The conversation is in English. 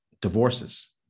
divorces